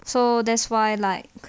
so that's why like